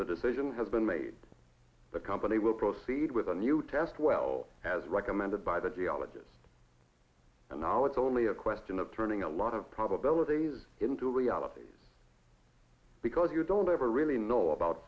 the decision has been made the company will proceed with a new test well as recommended by the geologist and now it's only a question of turning a lot of probabilities into reality because you don't ever really know about